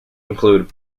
include